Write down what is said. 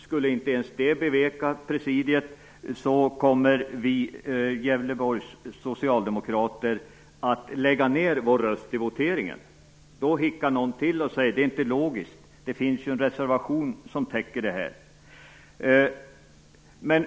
Skulle inte ens detta beveka presidiet, kommer vi från Gävleborgs socialdemokrater att lägga ned våra röster i voteringen. Då kanske någon hickar till och säger att det inte är logiskt, eftersom det finns en reservation som tillgodoser kraven i motionen.